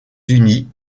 unis